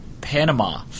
Panama